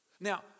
Now